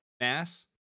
mass